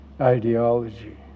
ideology